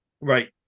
Right